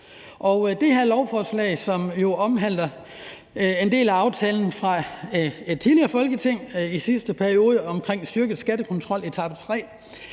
Det her lovforslag omhandler jo en del af aftalen fra et tidligere Folketing, fra sidste valgperiode, om en styrket skattekontrol etape 3,